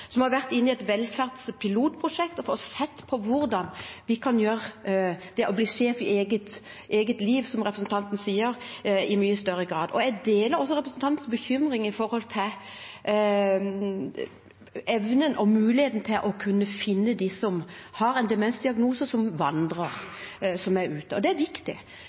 har vært inne i et velferdspilotprosjekt og fått sett på hvordan de kan få til at man blir sjef i eget liv – som representanten sier – i mye større grad. Jeg deler også representantens bekymring når det gjelder evnen og muligheten til å kunne finne dem som har en demensdiagnose, og som vandrer, som er ute. Det er viktig.